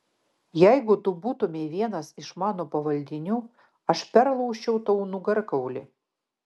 jeigu tu būtumei vienas iš mano pavaldinių aš perlaužčiau tau nugarkaulį